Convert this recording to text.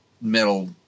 metal